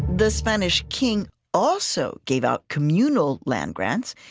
the spanish king also gave out communal land grants,